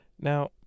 Now